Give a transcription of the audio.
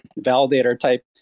validator-type